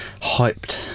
hyped